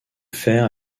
faire